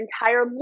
entire